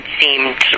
seemed